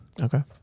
okay